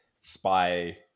spy